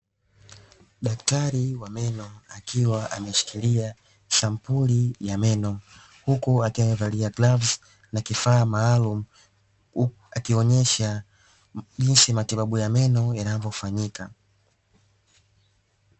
Daktari wa meno akiwa ameshikilia sampuli ya meno huku akiwa amevalia glavu na kifaa maalumu, akionyesha jinsi matibabu ya meno yanavyofanyika.